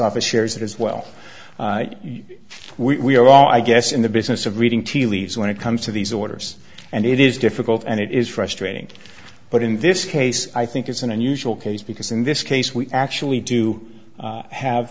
office shares that as well we are all i guess in the business of reading tea leaves when it comes to these orders and it is difficult and it is frustrating but in this case i think it's an unusual case because in this case we actually do have